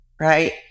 right